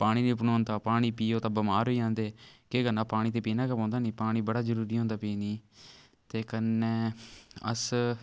पानी नी पनोंदा पानी पिओ ते बमार होई जंदे केह् करना पानी ते पीना गै पौंदा नी पानी बड़ा जरूरी होंदा पीने ई ते कन्नै अस